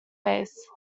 face